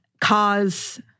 cause